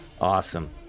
Awesome